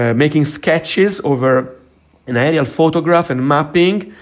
ah making sketches over an aerial photograph and mapping.